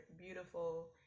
beautiful